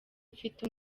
mfite